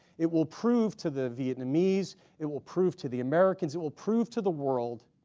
it will prove to the vietnamese it will prove to the americans it will prove to the world